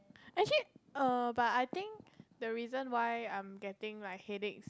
actually err but I think the reason why I'm getting like headaches